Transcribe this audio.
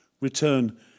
return